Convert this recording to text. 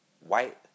White